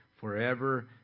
forever